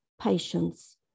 patience